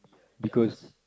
because